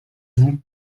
vous